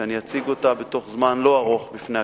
שאני אציג אותה בתוך זמן לא ארוך בפני הכנסת,